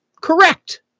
correct